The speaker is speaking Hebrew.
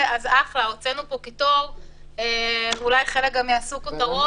הוצאנו כאן קיטור ואולי חלק גם יעשו כותרות.